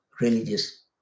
religious